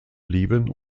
blieben